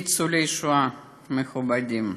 ניצולי שואה מכובדים,